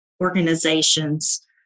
organizations